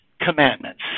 commandments